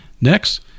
Next